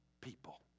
people